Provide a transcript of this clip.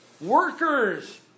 Workers